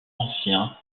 ancien